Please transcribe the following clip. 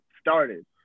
started